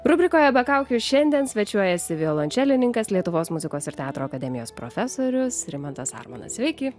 rubrikoje be kaukių šiandien svečiuojasi violončelininkas lietuvos muzikos ir teatro akademijos profesorius rimantas armonas sveiki